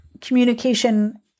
communication